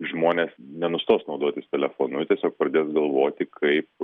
žmonės nenustos naudotis telefonu tiesiog pradės galvoti kaip